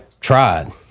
tried